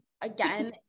Again